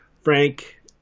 Frank